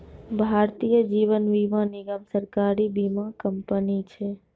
भारतीय जीवन बीमा निगम, सरकारी बीमा कंपनी छै